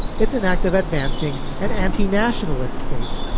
it's an act of advancing an anti nationalist state